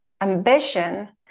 ambition